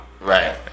Right